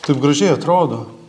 taip gražiai atrodo